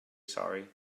sorry